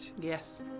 yes